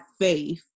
faith